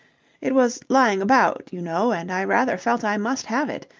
it was lying about, you know, and i rather felt i must have it.